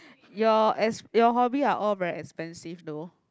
your as your hobby are all very expensive though